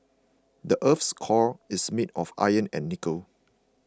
the earth's core is made of iron and nickel